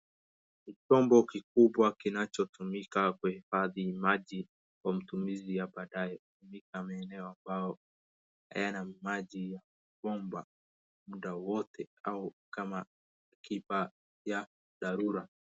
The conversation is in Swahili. Ni chombo kikubwa kinachotumika kuhifadhi maji kwa matumizi ya baadae ni ya maeneo ambayo hayana maji ya bomba muda wote au kama akiba ya dharura.